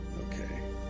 Okay